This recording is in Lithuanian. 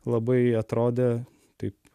labai atrodė taip